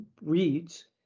reads